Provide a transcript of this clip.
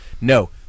no